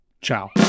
Ciao